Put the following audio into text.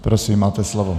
Prosím, máte slovo.